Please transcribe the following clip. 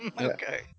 Okay